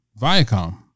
Viacom